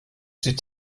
die